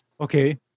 Okay